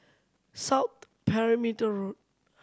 South Perimeter Road